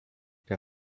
der